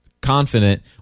confident